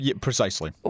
Precisely